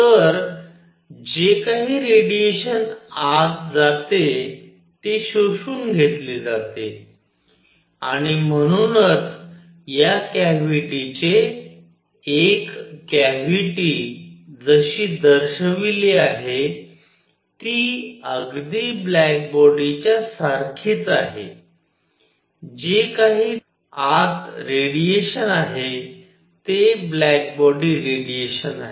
तर जे काही रेडिएशन जात आहे ते शोषून घेतले जाते आणि म्हणूनच या कॅव्हिटीचे एक कॅव्हिटी जशी दर्शविलीआहे ती अगदी ब्लॅक बॉडीच्या सारखीच आहे जे काही त्याच्या आत रेडिएशन आहे ते ब्लॅक बॉडी रेडिएशन आहे